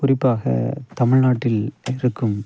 குறிப்பாக தமிழ்நாட்டில் இருக்கும்